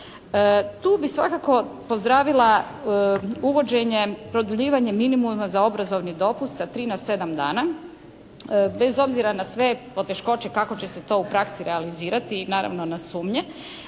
Tu bi svakako pozdravila uvođenje produljivanje minimuma za obrazovni dopust sa 3 na 7 dana bez obzira na sve poteškoće kako će se to u praksi realizirati i naravno na sumnje.